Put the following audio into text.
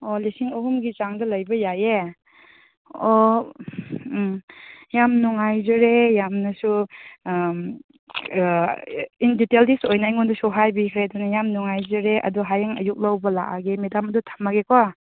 ꯑꯣ ꯂꯤꯁꯤꯡ ꯑꯍꯨꯝꯒꯤ ꯆꯥꯡꯗ ꯂꯩꯕ ꯌꯥꯏꯌꯦ ꯑꯣ ꯎꯝ ꯌꯥꯝ ꯅꯨꯡꯉꯥꯏꯖꯔꯦ ꯌꯥꯝꯅꯁꯨ ꯏꯟ ꯗꯤꯇꯦꯜꯂꯤꯁ ꯑꯣꯏꯅ ꯑꯩꯉꯣꯟꯗꯁꯨ ꯍꯥꯏꯕꯤꯈ꯭ꯔꯦ ꯑꯗꯨꯅ ꯌꯥꯝ ꯅꯨꯡꯉꯥꯏꯖꯔꯦ ꯑꯗꯨ ꯍꯌꯦꯡ ꯑꯌꯨꯛ ꯂꯧꯕ ꯂꯥꯛꯑꯒꯦ ꯃꯦꯗꯥꯝ ꯑꯗꯨ ꯊꯝꯃꯒꯦꯀꯣ